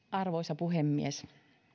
arvoisa puhemies